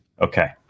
Okay